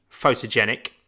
photogenic